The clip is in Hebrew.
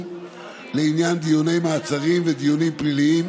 לעניין דיוני מעצרים ודיונים פליליים,